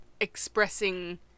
expressing